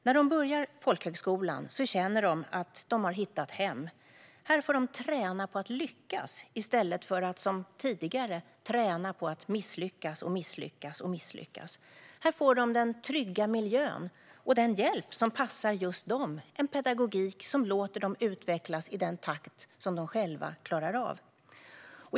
När de börjar folkhögskolan känner de att de har hittat hem. Här får de träna på att lyckas i stället för att, som tidigare, träna på att misslyckas och misslyckas om och om igen. Här får de den trygga miljö och den hjälp som passar just dem och en pedagogik som låter dem utvecklas i den takt som de själva klarar av.